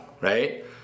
right